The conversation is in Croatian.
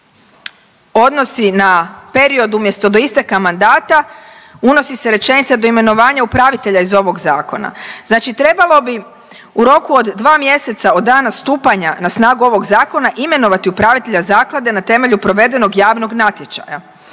se to odnosi na period umjesto do isteka mandata unosi se rečenica do imenovanja upravitelja iz ovog zakona. Znači, trebalo bi u roku od 2 mjeseca od dana stupanja na snagu ovog zakona imenovati upravitelja zaklade na temelju provedenog javnog natječaja